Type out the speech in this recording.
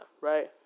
Right